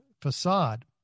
facade